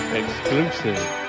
exclusive